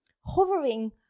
Hovering